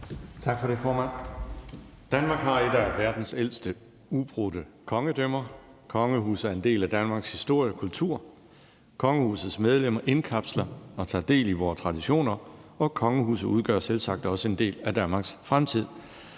Tak for det, formand. Danmark har et af verdens ældste ubrudte kongedømmer. Kongehuset er en del af Danmarks historie og kultur. Kongehusets medlemmer indkapsler og tager del i vore traditioner, og kongehuset udgør selvsagt også en del af Danmarks fremtid.